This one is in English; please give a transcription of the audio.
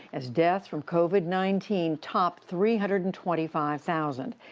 as deaths from covid nineteen topped three hundred and twenty five thousand.